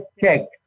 checked